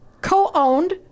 co-owned